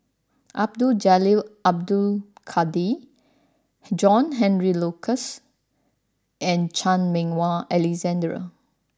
Abdul Jalil Abdul Kadir John Henry Duclos and Chan Meng Wah Alexander